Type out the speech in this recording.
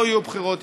לא יהיו בחירות,